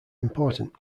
important